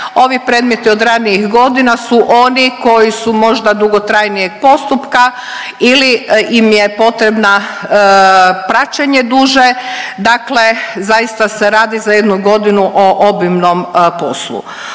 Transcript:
ovi predmeti od ranijih godina su oni koji su možda dugotrajnijeg postupka ili im je potrebna praćenje duže, dakle zaista se radi za jednu godinu o obimnom poslu.